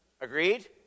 Agreed